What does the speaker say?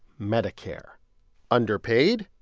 medicare underpaid,